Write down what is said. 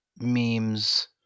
memes